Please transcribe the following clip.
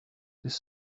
this